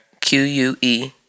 Q-U-E